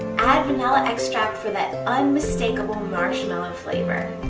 add vanilla extract for that unmistakable marshmallow flavor.